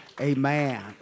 Amen